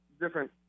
different